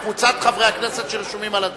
מקבוצת חברי הכנסת שרשומים על הדוח.